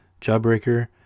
Jawbreaker